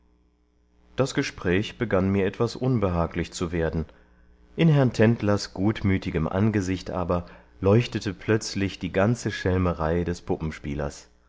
das gespräch begann mir etwas unbehaglich zu werden in herrn tendlers gutmütigem angesicht aber leuchtete plötzlich die ganze schelmerei des puppenspielers